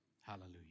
Hallelujah